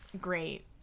great